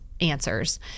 answers